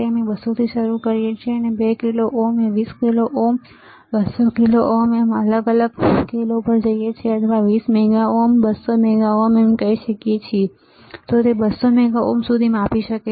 અમે 200 થી શરૂ કરીએ છીએ અમે 2 kilo ohm 20 kilo ohm 200 kilo ohm 2000 kilo ohm પર જઈએ છીએ અથવા તમે 20 મેગા ઓહ્મ અને 200 મેગા ઓહ્મ કહી શકો છો 200 મેગા ઓહ્મ સુધી તે માપી શકે છે